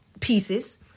pieces